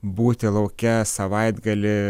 būti lauke savaitgalį